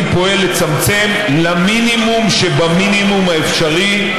אני פועל לצמצם למינימום שבמינימום האפשרי,